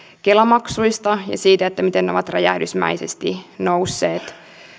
kela maksuista ja siitä miten ne ovat räjähdysmäisesti nousseet